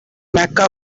mecca